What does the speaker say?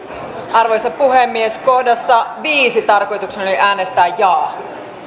arvoisa puhemies kohdassa viisi tarkoitukseni oli äänestää jaa